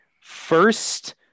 first